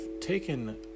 taken